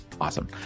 awesome